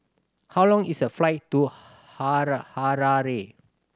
how long is the flight to Hara Harare